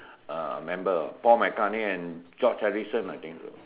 uh member Paul McCartney and George Harrison I think